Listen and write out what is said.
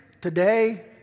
today